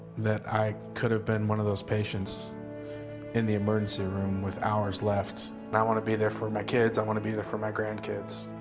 that i could have been one of those patients in the emergency room with hours left and i want to be there for my kids i want to be there for my grandkids